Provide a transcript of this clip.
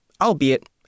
albeit